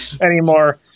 anymore